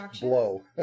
blow